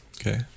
Okay